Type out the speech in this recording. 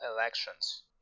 elections